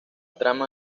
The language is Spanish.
trama